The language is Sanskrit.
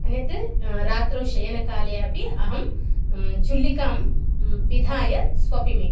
अन्यत् रात्रौ शयनकाले अपि अहं चुल्लिं पिधाय स्वपिमि